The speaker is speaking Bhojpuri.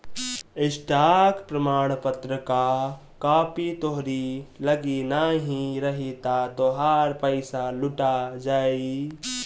स्टॉक प्रमाणपत्र कअ कापी तोहरी लगे नाही रही तअ तोहार पईसा लुटा जाई